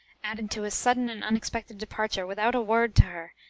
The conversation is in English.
added to his sudden and unexpected departure without a word to her,